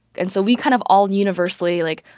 and so we kind of all universally, like,